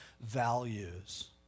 values